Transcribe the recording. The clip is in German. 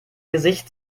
gesicht